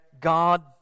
God